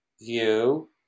view